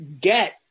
get